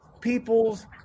People's